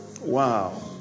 Wow